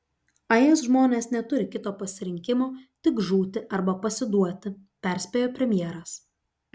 is žmonės neturi kito pasirinkimo tik žūti arba pasiduoti perspėjo premjeras